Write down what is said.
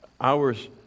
hours